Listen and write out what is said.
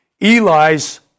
Eli's